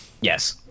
Yes